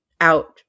out